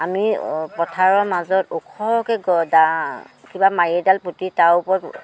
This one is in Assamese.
আমি পথাৰৰ মাজত ওখকৈ কিবা মাৰি এডাল পুতি তাৰ ওপৰত